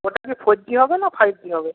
ওটা কি four G হবে না ফাইভ জি হবে